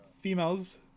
Females